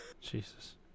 Jesus